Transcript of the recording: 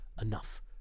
enough